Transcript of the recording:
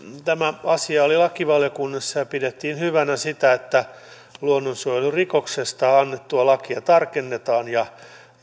tämä asia oli lakivaliokunnassa ja pidettiin hyvänä sitä että luonnonsuojelurikoksesta annettua lakia tarkennetaan ja